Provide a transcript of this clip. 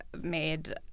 made